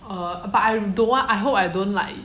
uh but I don't want I hope I don't like